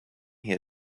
here